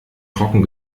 trocken